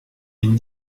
une